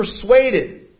persuaded